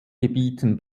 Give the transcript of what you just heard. gebieten